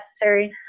necessary